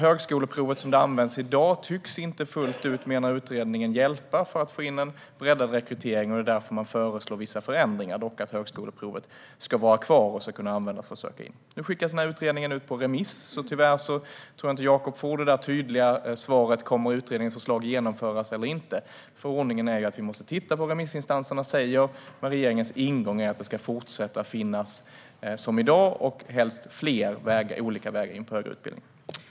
Högskoleprovet som det används i dag tycks inte fullt ut, menar utredningen, hjälpa för att få in en breddad rekrytering, och det är därför man föreslår vissa förändringar. Högskoleprovet ska dock vara kvar och kunna användas för att söka in. Nu skickas utredningen på remiss, så tyvärr tror jag inte att Jacob i dag kan få det där tydliga svaret på frågan om utredningens förslag kommer att genomföras eller inte. Ordningen är ju att vi måste titta på vad remissinstanserna säger, men regeringens ingång är att det ska fortsätta att finnas som i dag och helst fler olika vägar in på högre utbildning.